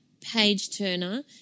Page-turner